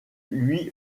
lui